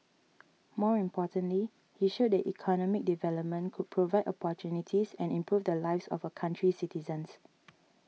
more importantly he showed that economic development could provide opportunities and improve the lives of a country's citizens